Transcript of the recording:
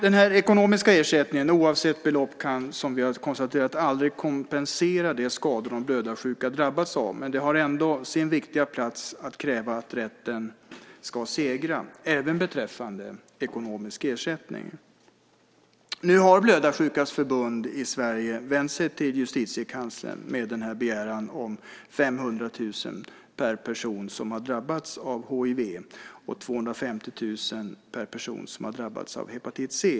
Denna ekonomiska ersättning kan, som vi har konstaterat, oavsett belopp, aldrig kompensera de skador som de blödarsjuka har drabbats av, men dessa människor har ändå rätt att kräva att rättvisan ska segra även beträffande ekonomisk ersättning. Nu har Förbundet Blödarsjuka i Sverige vänt sig till Justitiekanslern med denna begäran om 500 000 kr per person som har drabbats av hiv och 250 000 kr per person som har drabbats av hepatit C.